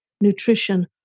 nutrition